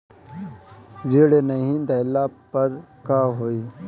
ऋण नही दहला पर का होइ?